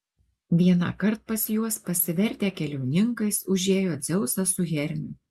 vienąkart pas juos pasivertę keliauninkais užėjo dzeusas su hermiu